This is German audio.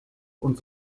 und